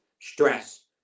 stress